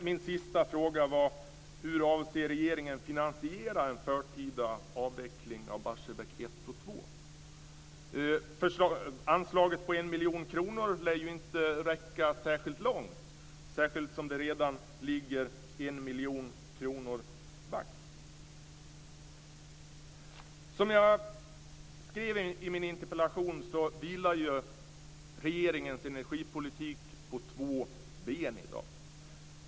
Min sista fråga var: Hur avser regeringen att finansiera en förtida avveckling av Barsebäck 1 och 2? Anslaget på 1 miljon kronor lär inte räcka speciellt långt, särskilt som man redan ligger 1 miljon kronor back. Som jag skrev i min interpellation vilar regeringens energipolitik i dag på två ben.